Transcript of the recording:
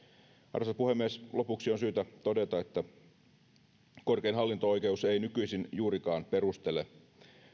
arvoisa puhemies lopuksi on syytä todeta että korkein hallinto oikeus ei nykyisin juurikaan perustele